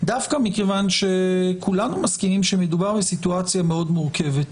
דווקא מכיוון שכולנו מסכימים שמדובר בסיטואציה מאוד מורכבת,